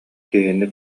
киһини